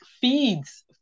feeds